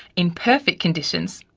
in perfect conditions,